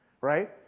right